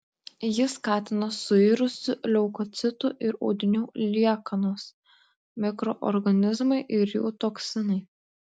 jį skatina suirusių leukocitų ir audinių liekanos mikroorganizmai ir jų toksinai